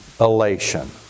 elation